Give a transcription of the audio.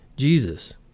Jesus